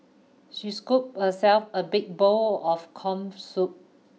she scooped herself a big bowl of corn soup